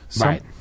Right